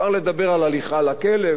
כבר לדבר על הליכה לכלא,